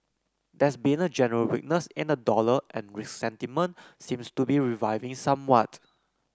there's been a general weakness in the dollar and risk sentiment seems to be reviving somewhat